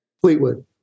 Fleetwood